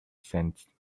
sensed